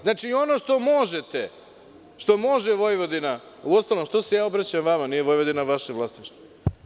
Znači, ono što možete, što može Vojvodina, u ostalom što se ja obraćam vama, nije Vojvodina vaše vlasništvo.